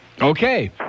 Okay